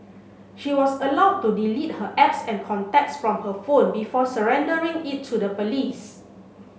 she was allowed to delete her apps and contacts from her phone before surrendering it to the police